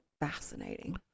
fascinating